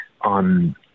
on